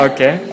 Okay